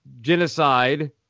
genocide